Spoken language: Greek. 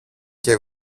και